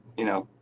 you know,